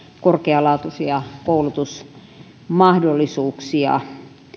korkealaatuisia koulutusmahdollisuuksia